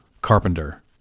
carpenter